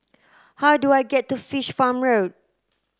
how do I get to Fish Farm Road